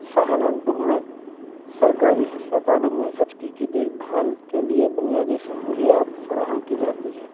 سہارنپور میں سرکاری ہسپتالوں میں زچگی کی دیکھ بھال کے لیے بنیادی سہولیات فراہم کی جاتی ہے